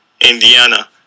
Indiana